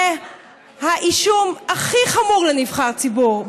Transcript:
וזה האישום הכי חמור לנבחר הציבור,